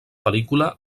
pel·lícula